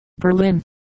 Berlin